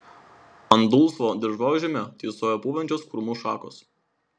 ant dulsvo dirvožemio tysojo pūvančios krūmų šakos